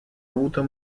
avuto